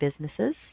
businesses